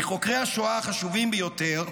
מחוקרי השואה החשובים ביותר,